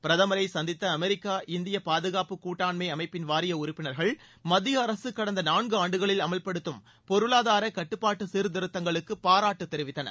பிரதரை சந்தித்த America India பாதுகாப்பு கூட்டாண்மை அமைப்பின் வாரிய உறுப்பினர்கள் மத்திய அரசு கடந்த நான்கு ஆண்டுகளில் அமவ்படுத்தும் பொருளாதார கட்டுப்பாட்டு சீர்த்திருத்கங்களுக்கு பாராட்டு தெரிவித்தனர்